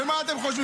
ומה אתם חושבים,